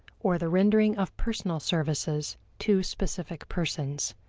or the rendering of personal services to specific persons.